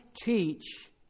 teach